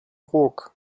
ruck